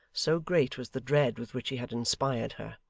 so great was the dread with which he had inspired her.